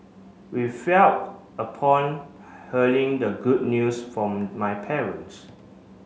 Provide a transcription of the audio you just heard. we felt upon hearing the good news from my parents